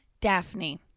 Daphne